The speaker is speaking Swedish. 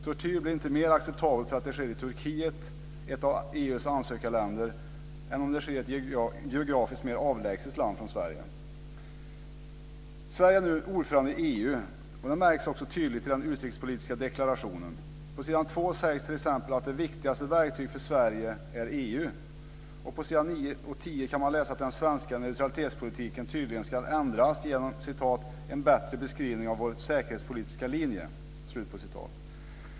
Tortyr blir inte mer acceptabelt om den sker i Turkiet - ett av EU:s ansökarländer - än om det sker i ett från Sveriges håll sett geografiskt mer avlägset land. Sverige är nu ordförandeland i EU. Det märks också tydligt i den utrikespolitiska deklarationen. På s. 2 sägs t.ex. att det viktigaste verktyget för Sverige är EU. På s. 9 och 10 kan man läsa att den svenska neutralitetspolitiken tydligen ska ändras genom "en bättre beskrivning av vår säkerhetspolitiska linje".